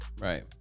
Right